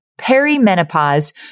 perimenopause